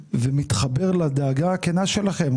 ומתחבר לדאגה הכנה שלכם,